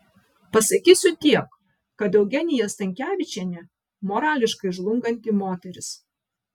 pasakysiu tiek kad eugenija stankevičienė morališkai žlunganti moteris